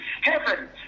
heaven